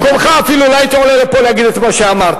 אני במקומך אפילו לא הייתי עולה לפה להגיד את מה שאמרת,